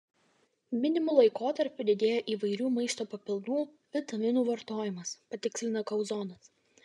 minimu laikotarpiu didėja įvairių maisto papildų vitaminų vartojimas patikslina kauzonas